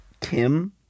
Kim